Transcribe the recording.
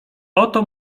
oto